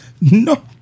No